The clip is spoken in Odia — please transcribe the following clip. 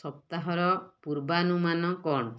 ସପ୍ତାହର ପୂର୍ବାନୁମାନ କ'ଣ